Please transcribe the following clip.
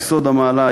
יסוד המעלה,